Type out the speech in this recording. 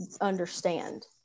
understand